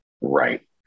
right